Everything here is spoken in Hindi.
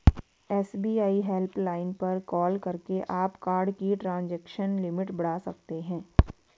एस.बी.आई हेल्पलाइन पर कॉल करके आप कार्ड की ट्रांजैक्शन लिमिट बढ़ा सकते हैं